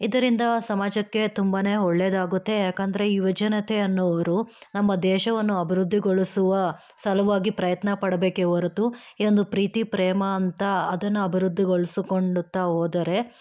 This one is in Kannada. ಇದರಿಂದ ಸಮಾಜಕ್ಕೆ ತುಂಬನೇ ಒಳ್ಳೆಯದಾಗುತ್ತೆ ಯಾಕೆಂದ್ರೆ ಯುವಜನತೆ ಅನ್ನೋವ್ರು ನಮ್ಮ ದೇಶವನ್ನು ಅಭಿವೃದ್ಧಿಗೊಳಿಸುವ ಸಲುವಾಗಿ ಪ್ರಯತ್ನ ಪಡಬೇಕೆ ಹೊರತು ಈ ಒಂದು ಪ್ರೀತಿ ಪ್ರೇಮ ಅಂತ ಅದನ್ನು ಅಭಿವೃದ್ಧಿಗೊಳಿಸಿಕೊಡುತ್ತ ಹೋದರೆ